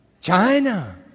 China